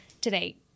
today